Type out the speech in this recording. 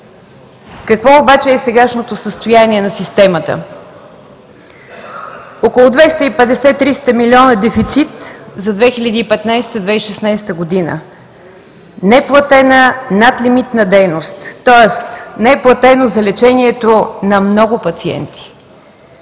Какво обаче е сегашното състояние на системата? Около 250 – 300 милиона дефицит за 2015 – 2016 г., неплатена надлимитна дейност, тоест неплатено за лечението на много пациенти.